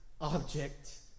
object